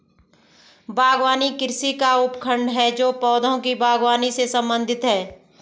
बागवानी कृषि का उपखंड है जो पौधों की बागवानी से संबंधित है